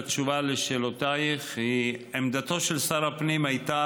התשובה לשאלותיך היא: עמדתו של שר הפנים הייתה